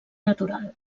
natural